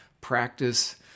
practice